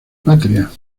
patria